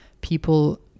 people